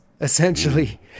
essentially